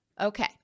Okay